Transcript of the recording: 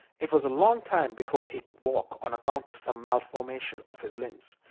it was a long time before he could walk, on account of some malformation of his limbs.